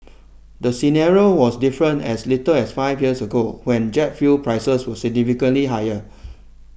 the scenario was different as little as five years ago when jet fuel prices were significantly higher